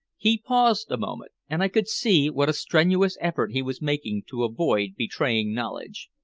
he paused a moment, and i could see what a strenuous effort he was making to avoid betraying knowledge.